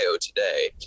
today